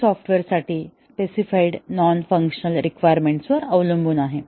हे सॉफ्टवेअर साठी specified non functional requirements वर अवलंबून आहे